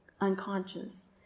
unconscious